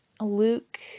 Luke